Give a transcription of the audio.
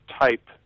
type